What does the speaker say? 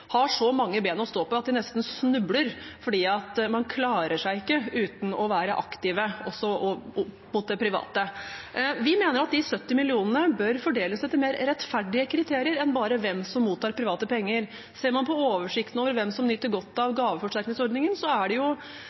har så mange ben å stå på at de nesten snubler, for man klarer seg ikke uten å være aktiv også opp mot de private. Vi mener at de 70 mill. kr bør fordeles etter mer rettferdige kriterier enn bare hvem som mottar private penger. Ser man på oversikten over hvem som nyter godt av gaveforsterkningsordningen, er det